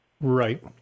right